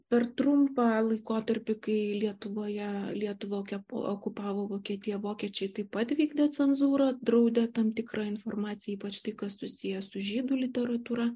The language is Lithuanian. per trumpą laikotarpį kai lietuvoje lietuvą okupavo vokietija vokiečiai taip pat vykdė cenzūrą draudė tam tikrą informaciją ypač tai kas susiję su žydų literatūra